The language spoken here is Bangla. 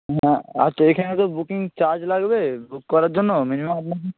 হ্যাঁ আচ্ছা এখানে তো বুকিং চার্জ লাগবে বুক করার জন্য মিনিমাম আপনাকে